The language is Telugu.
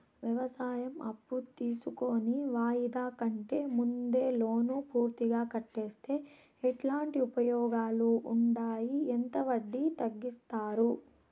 వ్యవసాయం అప్పు తీసుకొని వాయిదా కంటే ముందే లోను పూర్తిగా కట్టేస్తే ఎట్లాంటి ఉపయోగాలు ఉండాయి? ఎంత వడ్డీ తగ్గిస్తారు?